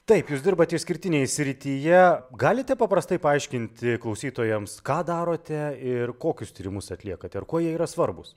taip jūs dirbate išskirtinėj srityje galite paprastai paaiškinti klausytojams ką darote ir kokius tyrimus atliekate ir kuo jie yra svarbūs